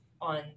on